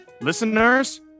listeners